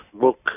book